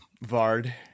Vard